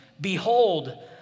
Behold